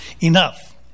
enough